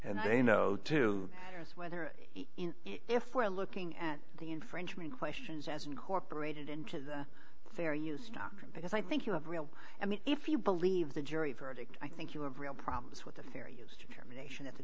and they know to us whether in if we're looking at the infringement questions as incorporated into the fair use doctrine because i think you have real i mean if you believe the jury verdict i think you have real problems with the fair use determination